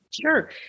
Sure